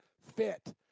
fit